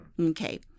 Okay